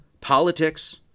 politics